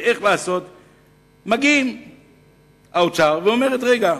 מגיע האוצר ואומר: רגע,